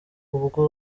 ubwo